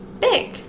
Big